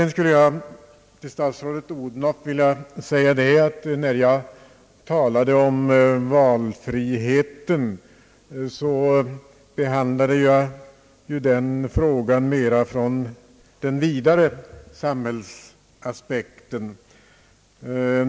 När jag, statsrådet Odhnoff, talade om valfriheten behandlade jag den mera från den vidare samhällsaspekten.